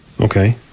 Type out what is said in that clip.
Okay